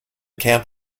camp